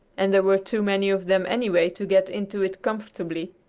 and there were too many of them, anyway, to get into it comfortably,